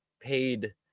paid